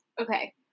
Okay